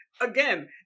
again